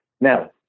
Now